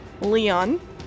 Leon